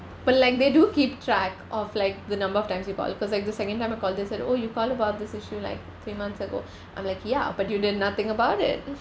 but like they do keep track of like the number of times you call because like the second time I called they said oh you called about this issue like three months ago I'm like ya but you did nothing about it